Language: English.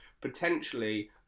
potentially